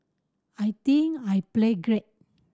I think I played great